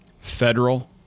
federal